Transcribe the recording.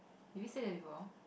did we say that before